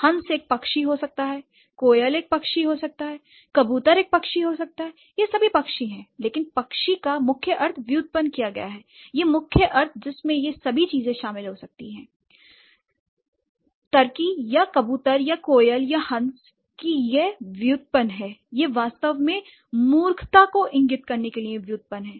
हंस एक पक्षी हो सकता है कोयल एक पक्षी हो सकता है कबूतर एक पक्षी हो सकता है ये सभी पक्षी हैं लेकिन पक्षी का मुख्य अर्थ व्युत्पन्न किया गया है या मुख्य अर्थ जिसमें ये सभी चीजें शामिल हो सकती हैं l टर्की या कबूतर या कोयल या हंस कि यह व्युत्पन्न है यह वास्तव में मूर्खता को इंगित करने के लिए व्युत्पन्न है